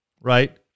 Right